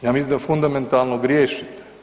Ja mislim da fundamentalno griješite.